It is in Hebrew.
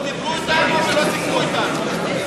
לא דיברו אתנו ולא סיכמו אתנו.